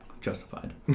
Justified